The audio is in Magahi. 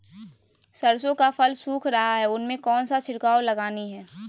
सरसो का फल सुख रहा है उसमें कौन सा छिड़काव लगानी है?